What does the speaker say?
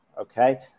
Okay